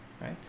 Right